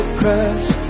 crash